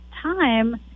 time